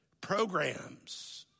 programs